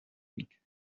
week